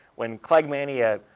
when cleggmania,